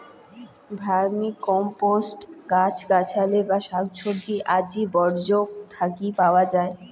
vermicompost গছ গছালি বা শাকসবজি আদি বর্জ্যক থাকি পাওয়াং যাই